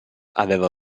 aveva